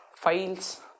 files